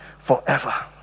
forever